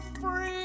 free